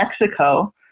Mexico